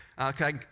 okay